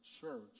church